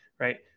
Right